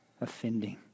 offending